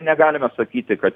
negalime sakyti kad